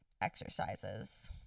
exercises